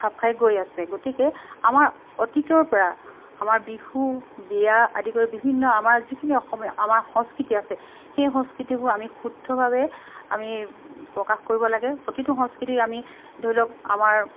খাপ খাই গৈ আছে গতিকে আমাৰ অতীতৰ পৰা আমাৰ বিহু বিয়া আদি কৰি বিভিন্ন আমাৰ যিখিনি অসমীয়া আমাৰ সংস্কৃতি আছে সেই সংস্কৃতিবোৰ আমি শুদ্ধভাৱে আমি প্ৰকাশ কৰিব লাগে প্ৰতিটো সংস্কৃতি আমি ধৰি লওক আমাৰ